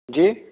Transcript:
جی